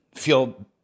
Feel